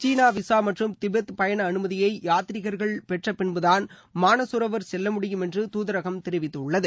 சீன விசா மற்றும் திபெத் பயண அனுமதியை யாத்திரிகர்கள் பெற்ற பின்புதான் மானசரோவர் செல்லமுடியும் என்று தூதரகம் தெரிவித்துள்ளது